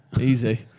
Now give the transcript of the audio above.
Easy